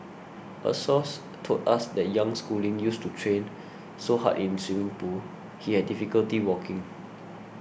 a source told us that young schooling used to train so hard in swimming pool he had difficulty walking